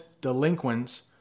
delinquents